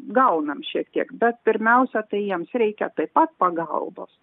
gaunam šiek tiek bet pirmiausia tai jiems reikia taip pat pagalbos